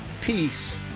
Peace